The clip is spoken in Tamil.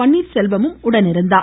பன்னீர்செல்வமும் உடனிருந்தார்